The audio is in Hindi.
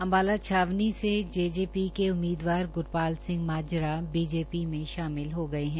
अंबाला छावनी से जेजेपी के उमीदवार गुरपाल सिंह माजरा बीजेपी में शामिल हो गए हैं